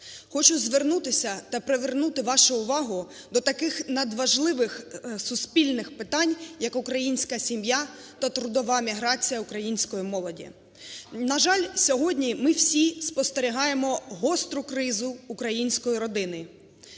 Хочу звернутися і привернути вашу увагу до таких надважливих суспільних питань, як українська сім'я та трудова міграція української молоді. На жаль, сьогодні ми всі спостерігаємо гостру кризу української родини.